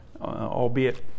albeit